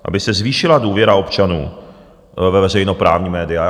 Aby se zvýšila důvěra občanů ve veřejnoprávní média.